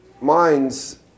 minds